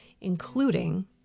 including